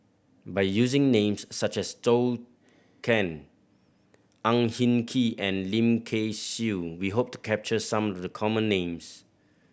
by using names such as Zhou Can Ang Hin Kee and Lim Kay Siu we hope to capture some of the common names